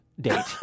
date